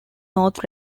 north